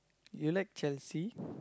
you like Chelsea